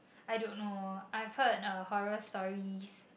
I don't know I've heard lah horror stories